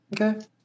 Okay